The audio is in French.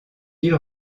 ils